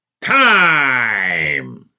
time